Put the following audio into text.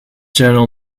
journal